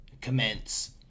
commence